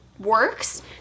Works